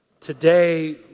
Today